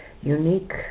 unique